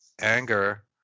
anger